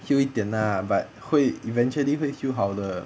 heal 一点 lah but 会 eventually 会 heal 好的